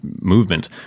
movement